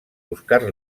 buscar